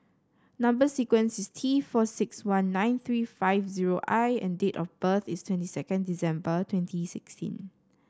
number sequence is T four six one nine three five zero I and date of birth is twenty second December twenty sixteen